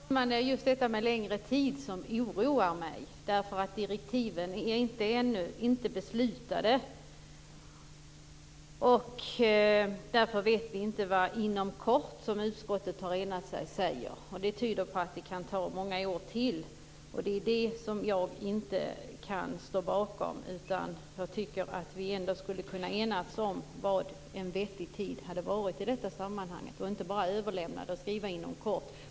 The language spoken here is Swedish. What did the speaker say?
Herr talman! Det är just detta med "längre tid" som oroar mig. Direktiven är ju ännu inte beslutade. Därför vet vi inte vad "inom kort", som utskottet har enat sig om, betyder. Det tyder på att det kan många år ytterligare. Det är det som jag inte kan stå bakom. Jag tycker att vi ändå borde ha kunnat enas om vad en vettig tid hade varit i detta sammanhang - inte bara överlämna det och skriva "inom kort".